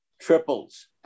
triples